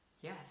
Yes